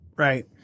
Right